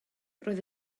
roedd